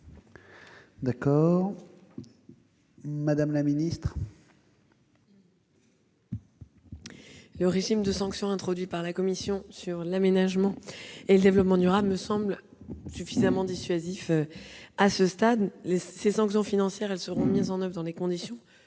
l'avis du Gouvernement ? Le régime de sanctions introduit par la commission sur l'aménagement et le développement durable me semble suffisamment dissuasif à ce stade. Ces sanctions financières seront mises en oeuvre dans les conditions